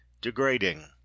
degrading